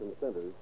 centers